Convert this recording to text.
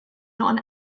not